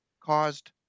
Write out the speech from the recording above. caused